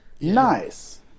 Nice